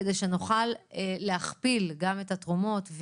כדי שנוכל להכפיל גם את התרומות,